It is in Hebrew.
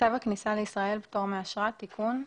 צו הכניסה לישראל (פטור מאשרה) (תיקון),